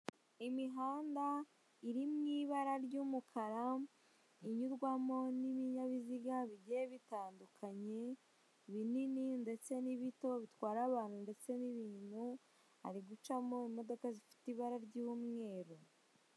Imihanda iri muibara ry'umukara inyurwamo n'ibinyabiziga bigiye bitandukanye, binini ndetse n'ibito bitwara abantu ndetse n'ibintu, hari gucamo imodoka zifite ibara ry'umweru.